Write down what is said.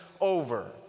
over